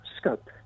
scope